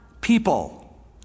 people